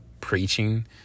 preaching